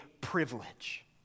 privilege